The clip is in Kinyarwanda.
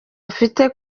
afite